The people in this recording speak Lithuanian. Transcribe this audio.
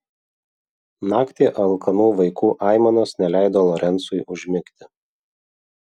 naktį alkanų vaikų aimanos neleido lorencui užmigti